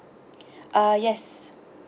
uh yes